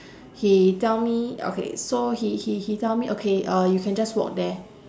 he tell me okay so he he he tell me okay uh you can just walk there